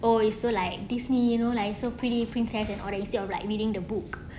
oh it so like disney you know lah it so pretty princess and all that instead of like reading the book